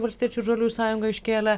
valstiečių žaliųjų sąjunga iškėlė